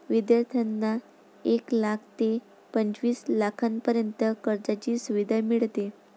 विद्यार्थ्यांना एक लाख ते पंचवीस लाखांपर्यंत कर्जाची सुविधा मिळते